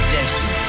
destiny